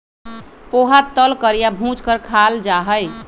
पोहा तल कर या भूज कर खाल जा हई